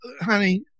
honey